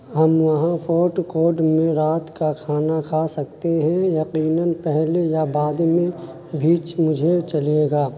ہم وہاں food court میں رات کا کھانا کھا سکتے ہیں یقینا پہلے یا بعد میں بھی مجھے چلے گا